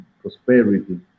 prosperity